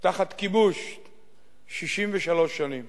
תחת כיבוש 63 שנים.